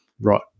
right